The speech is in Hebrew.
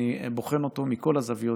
אני בוחן אותו מכל הזוויות.